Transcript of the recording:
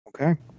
Okay